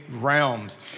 realms